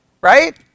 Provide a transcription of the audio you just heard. right